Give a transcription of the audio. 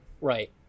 Right